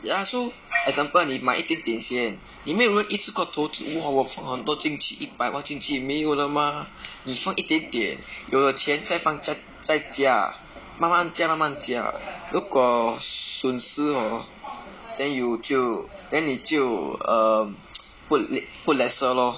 ya so example 你买一点点先你没有人一次过投资 !wah! 我放很多进去一百万进去没有的 mah 你放一点点有了钱再放再再加慢慢加慢慢加如果损失 hor then you 就 then 你就 um put le~ put lesser loh